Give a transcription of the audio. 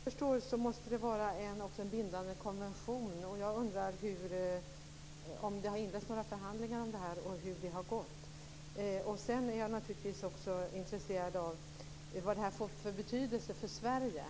Herr talman! Efter vad jag förstår måste det handla om en bindande konvention. Jag undrar om det har inletts några förhandlingar om det här och hur det har gått. Jag är naturligtvis också intresserad av att veta vad det här får för betydelse för Sverige.